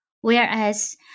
Whereas